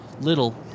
little